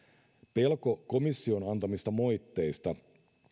pelko komission antamista moitteista